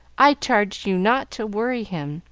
i charged you not to worry him.